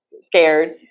scared